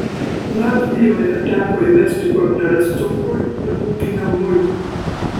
latvijoje teko įvesti korteles cukrui ir ūkiniam muilui